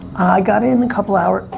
got in a couple hours,